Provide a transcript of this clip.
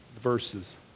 verses